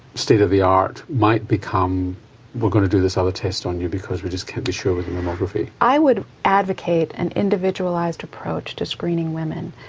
state of the art might become we're going to do this other test on you because we just can't be sure with mammography. i would advocate an individualised approach to screening women.